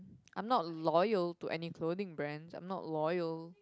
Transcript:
I'm not loyal to any clothing brands I'm not loyal